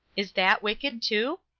is that wicked, too?